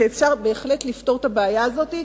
ואפשר בהחלט לפתור את הבעיה הזאת,